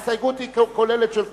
ההסתייגות היא כוללת של כולם.